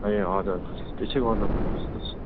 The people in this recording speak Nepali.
ए हजुर हजुर त्यसै गर्नुपर्ने जस्तो छ